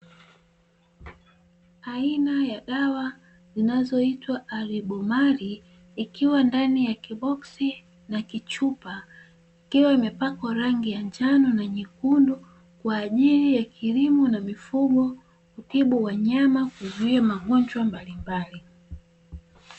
Aina ya dawa zinazoitwa Alebomali ikiwa ndani ya kiboksi na kichupa ikiwa imepakwa rangi ya njano na nyekundu kwa ajili ya kilimo na mifugo kutibu wanyama, kuzuia magonjwa mbalimbali.